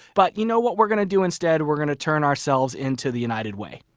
but you know what we're going to do instead? we're going to turn ourselves into the united way.